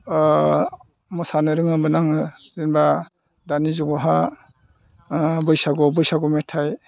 मोसानो रोङोमोन आङो जेनेबा दानि जुगावहाय बैसागुआव बैसागु मेथाइ